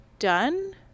done